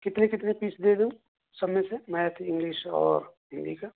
کتنی کتنی پیس دے دوں سب میں سے میتھ انگلش اور ہندی کا